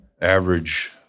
average—